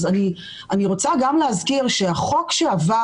אני רוצה להזכיר שהחוק שעבר,